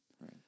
Right